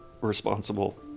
responsible